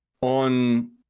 on